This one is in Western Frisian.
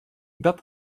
dat